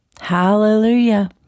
Hallelujah